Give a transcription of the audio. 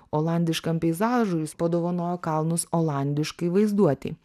olandiškam peizažui jis padovanojo kalnus olandiškai vaizduotei